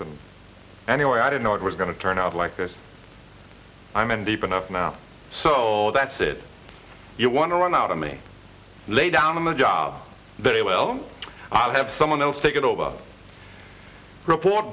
them anyway i did know it was going to turn out like this i'm in deep enough now so that's it you want to run out on me lay down on the job very well i'll have someone else take it over report